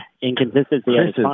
inconsistency